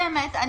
בבקשה.